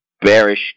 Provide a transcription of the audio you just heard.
bearish